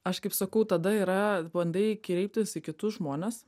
aš kaip sakau tada yra bandai kreiptis į kitus žmones